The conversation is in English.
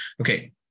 Okay